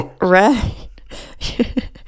right